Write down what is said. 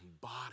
body